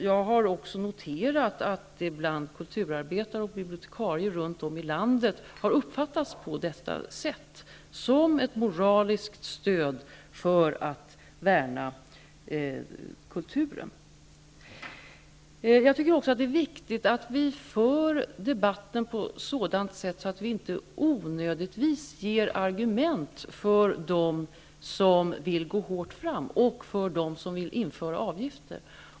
Jag har också noterat att det bland kulturarbetare och bibliotekarier runt om i landet har uppfattats som ett moraliskt stöd för att värna kulturen. Jag tycker vidare att det är viktigt att vi för debatten på sådant sätt att vi inte onödigtvis ger argument för dem som vill gå hårt fram och för dem som vill införa avgifter.